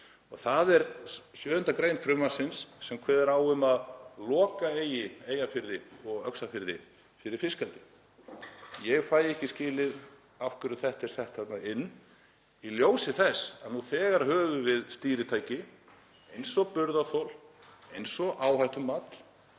og það er 7. gr. frumvarpsins sem kveður á um að loka eigi Eyjafirði og Öxarfirði fyrir fiskeldi. Ég fæ ekki skilið af hverju þetta er sett þarna inn í ljósi þess að nú þegar höfum við stýritæki eins og burðarþol, eins og áhættumat